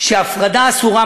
שההפרדה אסורה,